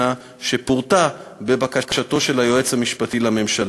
שפורטה בבקשתו של היועץ המשפטי לממשלה.